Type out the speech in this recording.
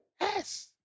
Yes